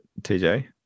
TJ